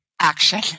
action